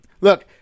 Look